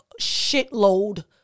shitload